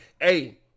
Hey